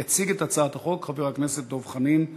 יציג את הצעת החוק חבר הכנסת דב חנין,